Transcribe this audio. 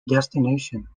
destination